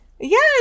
Yes